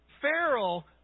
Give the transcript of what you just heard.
Farrell